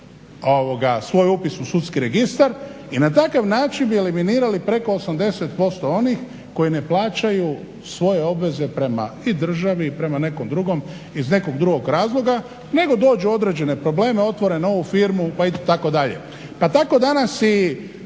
svoj upis u sudski registar i na takav način bi eliminirali preko 80% onih koji ne plaćaju svoje obveze prema i državi i prema nekom drugom iz nekog drugog razloga, nego dođu u određene probleme, otvore novu firmu pa idu tako dalje.